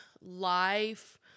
life